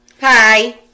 Hi